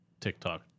tiktok